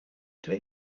twee